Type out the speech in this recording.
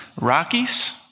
Rockies